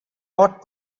bought